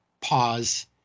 pause